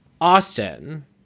Austin